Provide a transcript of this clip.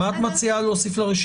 לא הבנתי מה את מציעה להוסיף לרשימה?